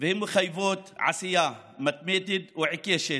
מחייבות עשייה מתמדת ועיקשת,